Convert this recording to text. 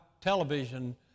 television